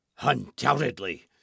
undoubtedly